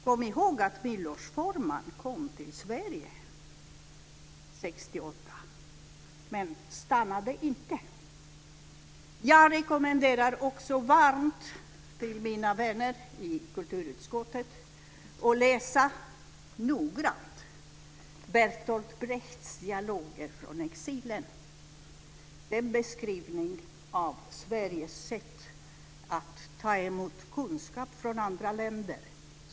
Kom ihåg att Milos Forman kom till Sverige 1968, men han stannade inte. Jag rekommenderar också varmt mina vänner i kulturutskottet att noggrant läsa Bertolt Brechts dialoger från exilen. Det är en beskrivning av Sveriges sätt att ta emot kunskap från andra länder.